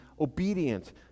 obedient